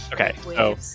Okay